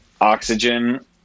oxygen